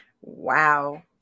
Wow